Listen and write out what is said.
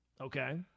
Okay